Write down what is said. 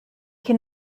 can